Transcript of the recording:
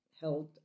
held